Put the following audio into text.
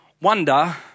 wonder